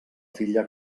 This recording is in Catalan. filla